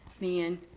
man